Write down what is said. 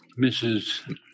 Mrs